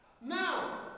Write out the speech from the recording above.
Now